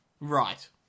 right